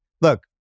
Look